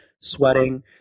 sweating